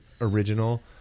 original